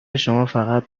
شمافقط